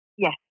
Yes